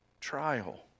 trial